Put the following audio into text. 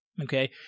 okay